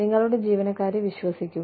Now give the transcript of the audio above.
നിങ്ങളുടെ ജീവനക്കാരെ വിശ്വസിക്കുക